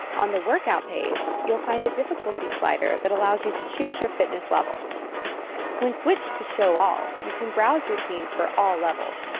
on the workout page you'll find a difficulty slider that allows you to choose your fitness level we switch to show all you can browse routines for all levels